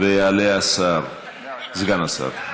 ויעלה סגן השר.